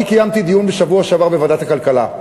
אני קיימתי דיון בשבוע שעבר בוועדת הכלכלה,